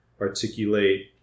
articulate